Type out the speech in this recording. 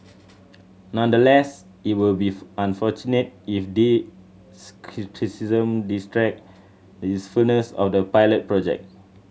nonetheless it will be unfortunate if these criticism detract usefulness of the pilot project